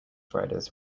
riders